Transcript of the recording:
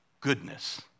Goodness